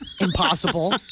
Impossible